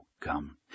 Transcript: Come